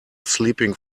sleeping